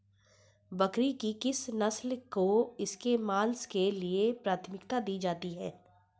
बकरी की किस नस्ल को इसके मांस के लिए प्राथमिकता दी जाती है?